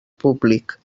públic